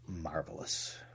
marvelous